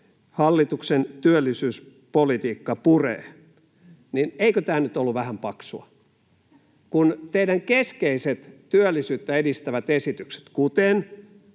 ”hallituksen työllisyyspolitiikka puree”, niin eikö tämä nyt ollut vähän paksua? Kun teidän keskeiset työllisyyttä edistävät esityksenne, kuten